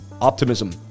Optimism